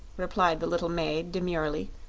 replied the little maid demurely,